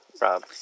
Rob